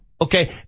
Okay